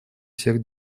всех